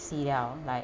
see liao like